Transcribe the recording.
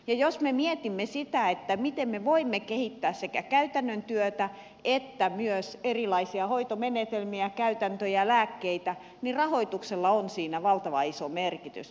jos me mietimme sitä miten me voimme kehittää sekä käytännön työtä että myös erilaisia hoitomenetelmiä käytäntöjä ja lääkkeitä niin rahoituksella on siinä valtavan iso merkitys